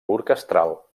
orquestral